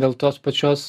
dėl tos pačios